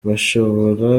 bashobora